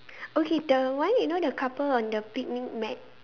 okay the one you know the couple on the picnic mat